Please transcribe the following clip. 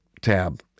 tab